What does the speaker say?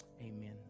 Amen